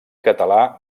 català